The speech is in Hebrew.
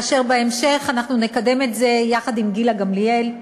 ובהמשך אנחנו נקדם את זה יחד עם גילה גמליאל,